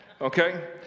Okay